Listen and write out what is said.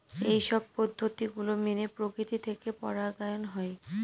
এইসব পদ্ধতি গুলো মেনে প্রকৃতি থেকে পরাগায়ন হয়